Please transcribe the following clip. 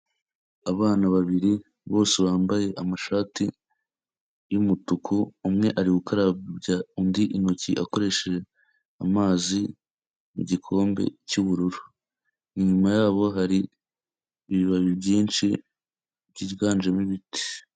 Abana babiri bose bambaye amashati y'umutuku, umwe ari gukarabya undi intoki akoresheje amazi mu gikombe cy'ubururu. Inyuma yabo hari ibibabi byinshi byiganjemo ibiti.